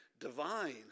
divine